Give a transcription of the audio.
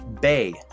Bay